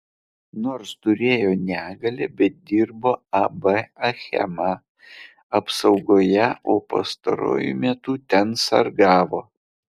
nors turėjo negalią bet dirbo ab achema apsaugoje o pastaruoju metu ten sargavo